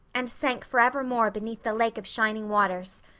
and sank forevermore beneath the lake of shining waters.